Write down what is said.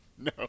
No